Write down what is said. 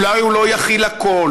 אולי הוא לא יכיל הכול,